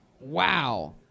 Wow